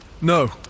No